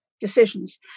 decisions